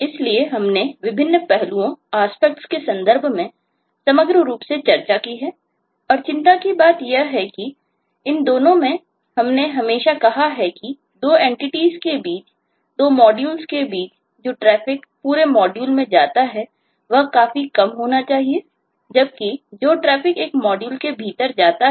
इसलिए हमने विभिन्न पहलुओंआस्पेक्ट्स के रूप में अच्छी तरह से बदल जाते हैं